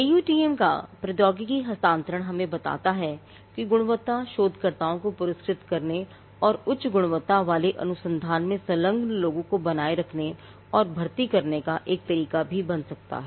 AUTM का प्रौद्योगिकी हस्तांतरण हमें बताता है कि गुणवत्ता शोधकर्ताओं को पुरस्कृत करने और उच्च गुणवत्ता वाले अनुसंधान में संलग्न लोगों को बनाए रखने और भर्ती करने का एक तरीका भी बन सकता है